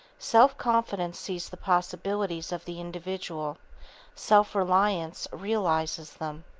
self-confidence sees the possibilities of the individual self-reliance realizes them.